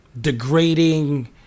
degrading